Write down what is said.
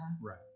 Right